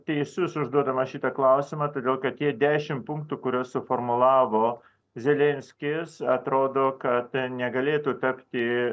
teisus užduodamas šitą klausimą todėl kad tie dešim punktų kuriuos suformulavo zelenskis atrodo kad negalėtų tapti